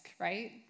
right